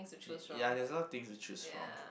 ya there is no things to choose from